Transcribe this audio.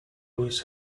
was